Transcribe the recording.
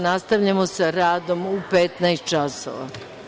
Nastavljamo sa radom u 15.00 časova.